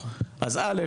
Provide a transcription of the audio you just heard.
אז א',